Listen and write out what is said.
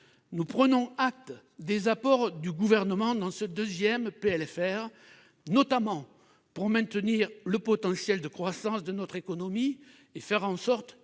nous prenons acte des apports du Gouvernement dans ce deuxième PLFR, notamment pour maintenir le potentiel de croissance de notre économie et faire en sorte